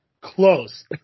Close